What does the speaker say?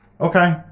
okay